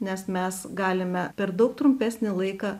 nes mes galime per daug trumpesnį laiką